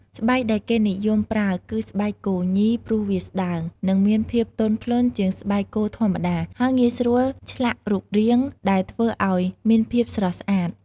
ស្បែកដែលគេពេញនិយមប្រើគឺស្បែកគោញី ព្រោះវាស្តើង និងមានភាពទន់ភ្លន់ជាងស្បែកគោធម្មតា ហើយងាយស្រួលឆ្លាក់រូបរាង ដែលធ្វើឲ្យមានភាពស្រស់ស្អាត។